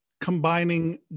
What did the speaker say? combining